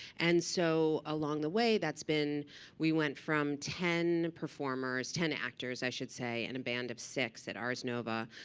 and so along the way, that's been we went from ten performers ten actors, i should say and a band of six at ars nova,